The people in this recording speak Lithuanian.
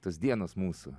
tos dienos mūsų